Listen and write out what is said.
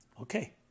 Okay